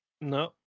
No